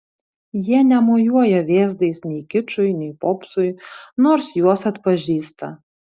jie nemojuoja vėzdais nei kičui nei popsui nors juos atpažįsta